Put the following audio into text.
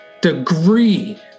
degree